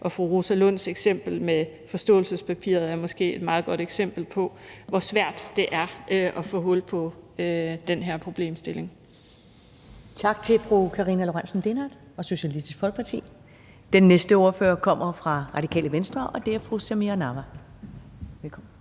Og fru Rosa Lunds eksempel med forståelsespapiret er måske et meget godt eksempel på, hvor svært det er at få hul på den her problemstilling. Kl. 16:15 Første næstformand (Karen Ellemann): Tak til fru Karina Lorentzen Dehnhardt fra Socialistisk Folkeparti. Den næste ordfører kommer fra Radikale Venstre, og det er fru Samira Nawa. Velkommen.